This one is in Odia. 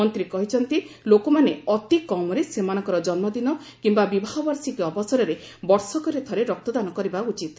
ମନ୍ତ୍ରୀ କହିଛନ୍ତି ଲୋକମାନେ ଅତି କମ୍ରେ ସେମାନଙ୍କର ଜନ୍ମଦିନ କିମ୍ବା ବିବାହ ବାର୍ଷିକୀ ଅବସରରେ ବର୍ଷକରେ ଥରେ ରକ୍ତଦାନ କରିବା ଉଚିତ୍